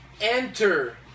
enter